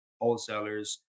wholesalers